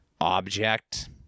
object